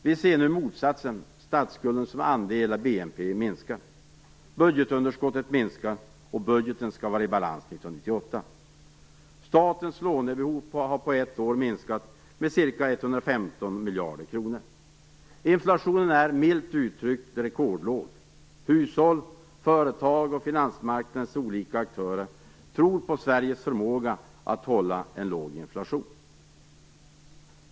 Vi ser nu motsatsen. Statsskulden som andel av BNP minskar. Budgetunderskottet minskar, och budgeten skall vara i balans år 1998. Statens lånebehov har på ett år minskat med ca 115 miljarder kronor. Inflationen är - milt uttryckt - rekordlåg. Hushåll, företag och finansmarknadens olika aktörer tror på Sveriges förmåga att hålla en låg inflation.